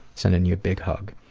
sending you a big hug.